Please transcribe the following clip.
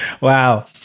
Wow